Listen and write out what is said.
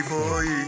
Boy